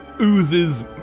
oozes